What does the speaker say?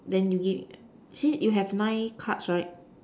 then you give see you have nine cards right